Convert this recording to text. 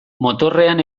motorrean